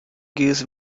gives